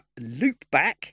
Loopback